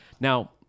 Now